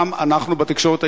גם אנחנו בתקשורת הישראלית,